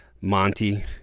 Monty